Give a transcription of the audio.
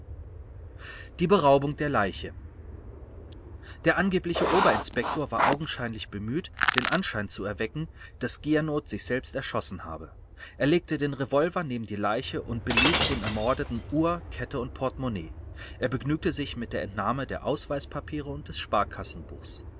die beraubung der leiche der angebliche oberinspektor war augenscheinlich bemüht den anschein zu erwecken daß giernoth sich selbst erschossen habe er legte den revolver neben die leiche und beließ dem ermordeten uhr kette und portemonnaie er begnügte sich mit der entnahme der ausweispapiere und des sparkassenbuchs